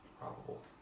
probable